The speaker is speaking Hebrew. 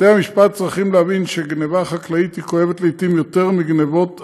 בתי המשפט צריכים להבין שגנבה חקלאית כואבת לעיתים יותר מגנבות אחרות,